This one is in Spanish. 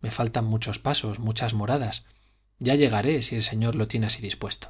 me faltan muchos pasos muchas moradas ya llegaré si el señor lo tiene así dispuesto